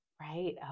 Right